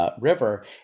River